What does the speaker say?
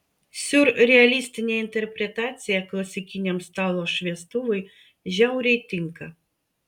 siurrealistinė interpretacija klasikiniam stalo šviestuvui žiauriai tinka